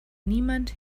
niemand